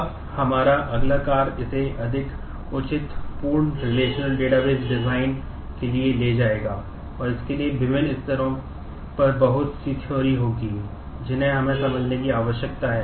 अब हमारा अगला कार्य इसे अधिक उचित पूर्ण रिलेशनल डेटाबेस डिज़ाइन होगी जिन्हें हमें समझने की आवश्यकता है